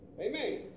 Amen